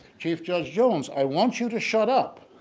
chief judge jones? i want you to shut up.